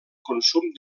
consum